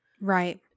Right